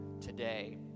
today